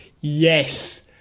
Yes